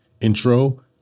intro